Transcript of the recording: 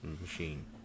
machine